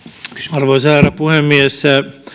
arvoisa herra puhemies